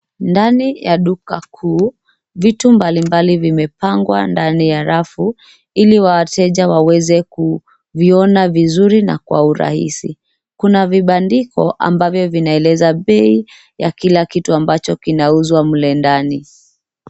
Ndani ya duka kuu, vitu mbalimbali vimepangwa ndani ya rafu ili wateja waweze kuviona vizuri na kwa urahisi. Kuna vibandiko ambavyo vinaeleza bei ya kila kitu ambacho kinauzwa mle ndani.